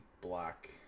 Black